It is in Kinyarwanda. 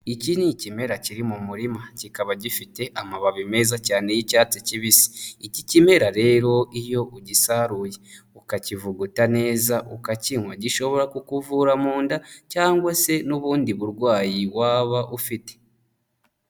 Iki ni ikimera kiri mu murima kikaba gifite amababi meza cyane y'icyatsi kibisi. Iki kimera rero iyo ugisaruye, ukakivuguta neza ukakinywa, gishobora kukuvura mu nda cyangwa se n'ubundi burwayi waba ufite.